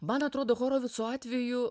man atrodo horovico atveju